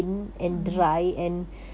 mmhmm